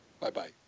Bye-bye